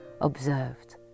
observed